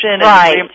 Right